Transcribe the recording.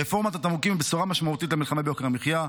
רפורמת התמרוקים היא בשורה משמעותית למלחמה ביוקר המחיה,